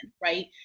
Right